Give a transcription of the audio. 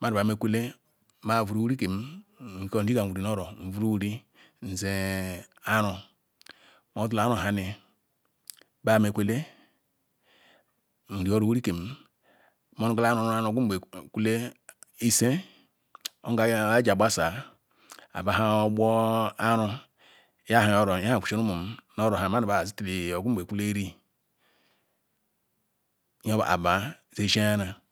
manu ba mzkwek ma vara wiri kem wrigam wwiri nu oro huuru fam nze ara modak iru haru bamdale mri huru wiri kzim zrugalrm otuje kwu ise la aji agbasa nyarhar orgbor aru nyahaya oro nyakwin sre rumum nu oro ha menuba zi till ounje kwale rk abar zzzkayara.